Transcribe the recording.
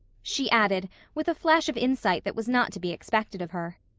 she added, with a flash of insight that was not to be expected of her.